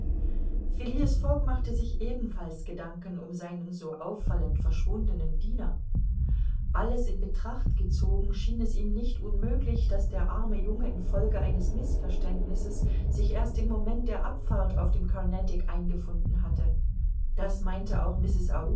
fogg machte sich ebenfalls gedanken um seinen so auffallend verschwundenen diener alles in betracht gezogen schien es ihm nicht unmöglich daß der arme junge in folge eines mißverständnisses sich erst im moment der abfahrt auf dem carnatic eingefunden hatte das meinte auch